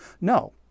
No